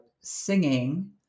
singing